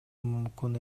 мүмкүн